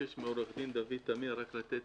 אבקש מעו"ד דוד תמיר לתת